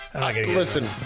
Listen